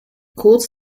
kurz